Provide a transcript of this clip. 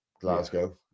Glasgow